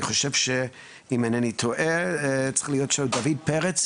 ייעוד הקרקע הוא מנחת, יש לזה תב"ע מאושרת,